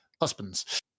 husbands